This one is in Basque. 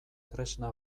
tresna